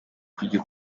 kujya